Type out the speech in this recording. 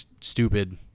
stupid –